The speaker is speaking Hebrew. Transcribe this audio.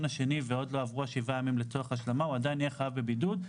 השני ועדיין לא עברו שבעה ימים אז הוא עדיין חייב בבידוד,